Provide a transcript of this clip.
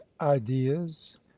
ideas